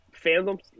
fandom's